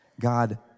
God